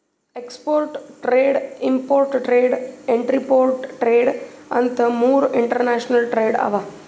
export trade, import trade, entrepot trade ಅಂತ್ ಮೂರ್ international trade ಅವಾ